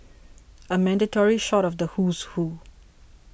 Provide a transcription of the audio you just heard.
a mandatory shot of the who's who